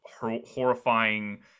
horrifying